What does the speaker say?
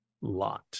lot